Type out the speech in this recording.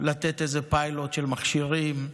לתת איזה פיילוט של מכשירים?